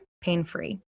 pain-free